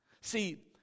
see